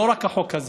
לא רק החוק הזה,